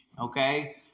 okay